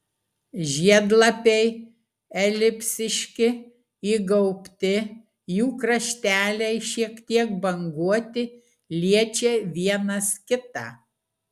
žiedlapiai elipsiški įgaubti jų krašteliai šiek tiek banguoti liečia vienas kitą